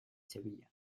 sevilla